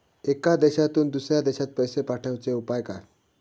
एका देशातून दुसऱ्या देशात पैसे पाठवचे उपाय काय?